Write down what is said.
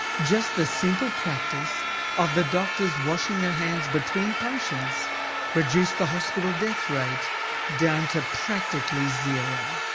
just the simple practise of the doctors washing their hands between patients reduced the hospital death rate down to practically zero.